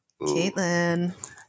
Caitlin